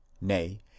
nay